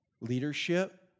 leadership